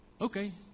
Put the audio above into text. Okay